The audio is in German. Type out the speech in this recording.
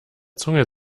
zunge